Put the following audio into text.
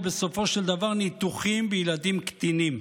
ובסופו של דבר ניתוחים בילדים קטינים.